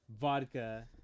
vodka